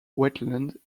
wetland